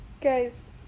Guys